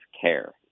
Care